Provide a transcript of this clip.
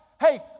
Hey